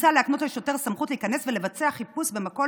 מוצע להקנות לשוטר סמכות להיכנס ולבצע חיפוש במקום